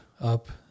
up